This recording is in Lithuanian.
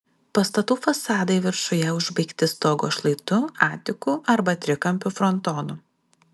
pastatų fasadai viršuje užbaigti stogo šlaitu atiku arba trikampiu frontonu